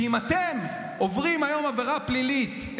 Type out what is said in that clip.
כי אם אתם עוברים היום עבירה פלילית,